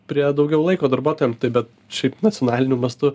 prie daugiau laiko darbuotojam bet šiaip nacionaliniu mastu